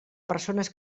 persones